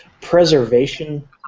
preservation